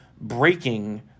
breaking